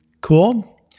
Cool